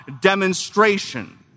demonstration